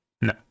No